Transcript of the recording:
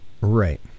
Right